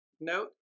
Note